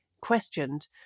questioned